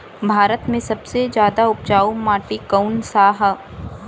भारत मे सबसे ज्यादा उपजाऊ माटी कउन सा ह?